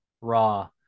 Raw